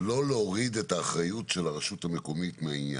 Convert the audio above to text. להוריד את האחריות של הרשות המקומית מהעניין.